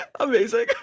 Amazing